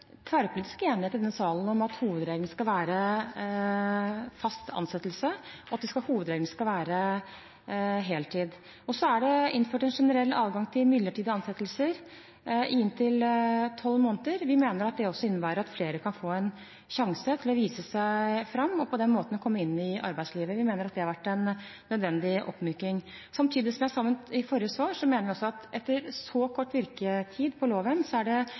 tverrpolitisk enighet i denne salen om at hovedregelen skal være fast ansettelse, og at hovedregelen skal være heltid. Så er det innført en generell adgang til midlertidige ansettelser i inntil tolv måneder. Vi mener at det også innebærer at flere kan få en sjanse til å vise seg fram og på den måten komme inn i arbeidslivet. Vi mener at det har vært en nødvendig oppmyking. Samtidig mener vi, som jeg sa i mitt forrige svar, at etter så kort virketid for loven, er det